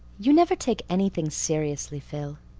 you never take anything seriously, phil.